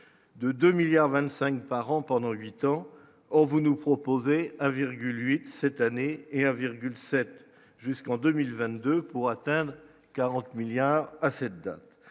de 2 milliards 25 par an pendant 8 ans on vous nous proposez un virgule 8 cette année et 1,7 jusqu'en 2020, 2 pour atteindre 40 milliards à cette date,